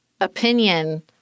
opinion